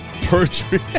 Perjury